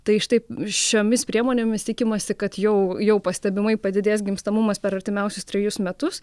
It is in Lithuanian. tai štai šiomis priemonėmis tikimasi kad jau jau pastebimai padidės gimstamumas per artimiausius trejus metus